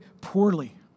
poorly